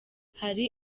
hari